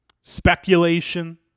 speculation